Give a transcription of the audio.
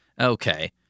Okay